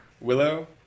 Willow